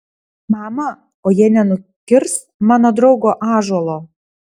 mama o jie nenukirs mano draugo ąžuolo